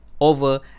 over